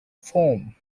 farm